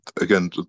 again